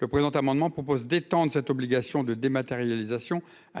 Cet amendement vise à étendre cette obligation de dématérialisation